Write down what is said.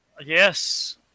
Yes